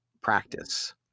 practice